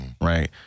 right